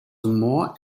more